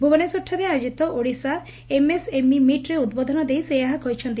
ଭୁବନେଶ୍ୱରଠାରେ ଆୟୋକିତ ଓଡ଼ିଶା ଏମ୍ଏସ୍ଏମ୍ଇ ମିଟ୍ରେ ଉଦ୍ବୋଧନ ଦେଇ ସେ ଏହା କହିଛନ୍ତି